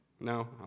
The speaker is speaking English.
No